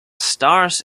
stars